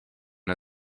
had